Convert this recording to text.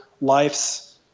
life's